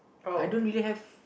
I don't really have